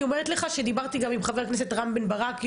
אני אומרת לך שדיברתי גם עם חבר הכנסת רם בן ברק,